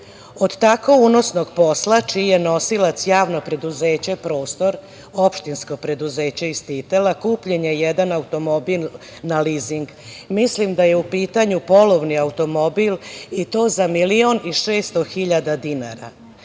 Od tako unosnog posla, čiji je nosilac Javno preduzeće "Prostor", opštinsko preduzeće iz Titela, kupljen je jedan automobil na lizing. Mislim da je u pitanju polovni automobil i to za 1.600.000 dinara. Sve